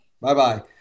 Bye-bye